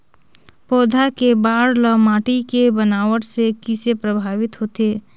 पौधा के बाढ़ ल माटी के बनावट से किसे प्रभावित होथे?